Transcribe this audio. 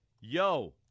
yo